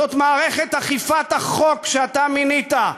זאת מערכת אכיפת החוק שאתה מינית,